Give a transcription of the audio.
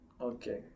Okay